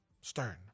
stern